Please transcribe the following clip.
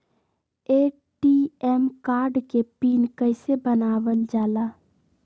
ATM card के PIN कैसे बनावल जाला?